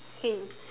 okay